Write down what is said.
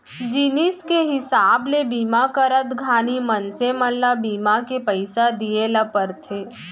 जिनिस के हिसाब ले बीमा करत घानी मनसे मन ल बीमा के पइसा दिये ल परथे